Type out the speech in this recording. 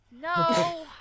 No